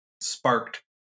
sparked